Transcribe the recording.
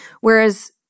Whereas